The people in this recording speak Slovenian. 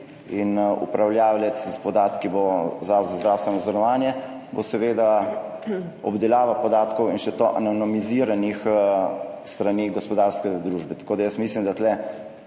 in upravljavec s podatki bo Zavod za zdravstveno zavarovanje bo seveda obdelava podatkov in še to anonimiziranih s strani gospodarske družbe, tako da jaz mislim, da tu